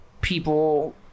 people